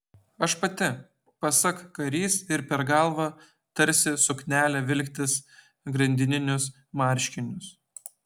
aš pati pasak karys ir per galvą tarsi suknelę vilktis grandininius marškinius